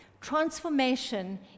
transformation